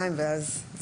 זה